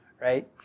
right